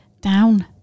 Down